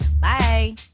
Bye